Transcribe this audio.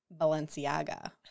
Balenciaga